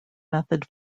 method